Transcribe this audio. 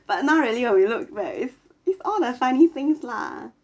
but not really when you look back it's all that funny things lah